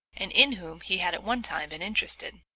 and in whom he had at one time been interested,